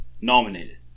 nominated